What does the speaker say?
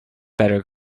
better